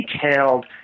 detailed